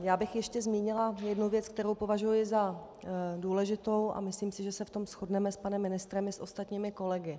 Já bych ještě zmínila jednu věc, kterou považuji za důležitou, a myslím si, že se v tom shodneme s panem ministrem i s ostatními kolegy.